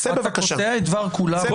אתה גם אומר דברים לא נכונים,